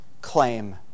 claim